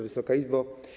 Wysoka Izbo!